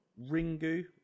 Ringu